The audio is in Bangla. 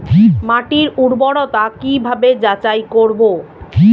মাটির উর্বরতা কি ভাবে যাচাই করব?